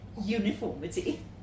uniformity